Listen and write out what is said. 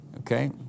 Okay